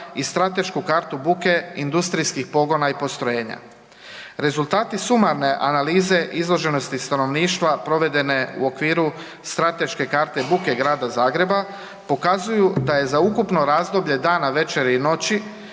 i stratešku kartu buke industrijskih pogona i postrojenja. Rezultati sumarne analize izloženosti stanovništva provedene u okviru strateške karte buke Grada Zagreba pokazuju da je za ukupno razdoblje dana, večera i noći